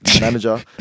manager